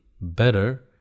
better